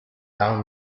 down